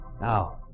Now